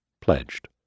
pledged